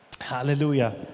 hallelujah